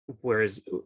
whereas